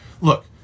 look